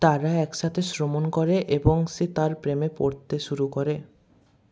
তারা একসাথে শ্রমণ করে এবং সে তার প্রেমে পড়তে শুরু করে